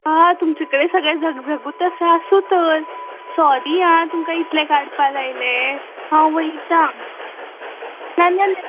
आं तुमचे कडेन सगळे झगझगूच आसा आसूं तर सॉरी आं तुमका इतले काडपा लायले हांव वयता नाल्या